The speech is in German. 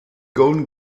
golden